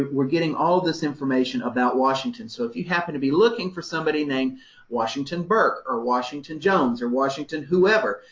we're getting all this information about washington, so if you happened to be looking for somebody named washington burke or washington jones or washington whoever,